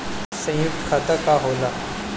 सयुक्त खाता का होला?